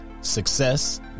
success